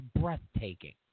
breathtaking